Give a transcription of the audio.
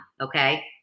okay